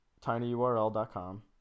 tinyurl.com